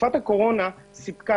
תקופת הקורונה סיפקה,